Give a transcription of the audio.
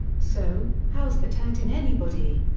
so, how's that hurtin' anybody.